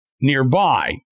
nearby